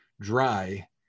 dry